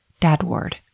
Dadward